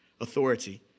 authority